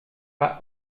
pas